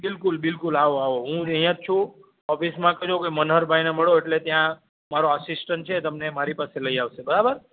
બિલકુલ બિલકુલ આવો આવો હું અહીં જ છું ઓફિસમાં કહેજો મનહરભાઈને મળો એટલે ત્યાં મારો અસિસ્ટન્સ છે એ તમને મારી પાસે લઈ આવશે બરાબર